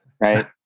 right